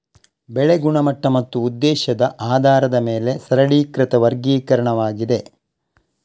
ಬೆಳೆ ಗುಣಮಟ್ಟ ಮತ್ತು ಉದ್ದೇಶದ ಆಧಾರದ ಮೇಲೆ ಸರಳೀಕೃತ ವರ್ಗೀಕರಣವಾಗಿದೆ